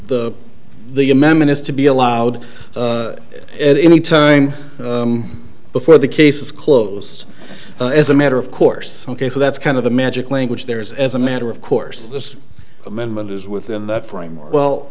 the the amendment is to be allowed it any time before the case is closed as a matter of course ok so that's kind of the magic language there is as a matter of course this amendment is within that framework well